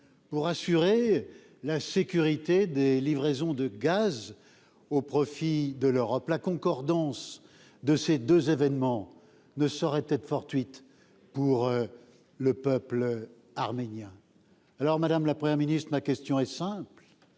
pour assurer la sécurité des livraisons de gaz au profit de l'Europe, la concordance de ces 2 événements ne saurait être fortuite pour le peuple arménien alors Madame la première ministre ma question est simple